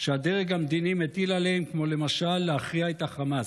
שהדרג המדיני מטיל עליו, למשל להכריע את החמאס.